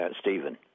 Stephen